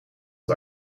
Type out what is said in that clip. het